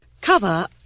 Cover